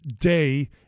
day